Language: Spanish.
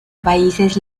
países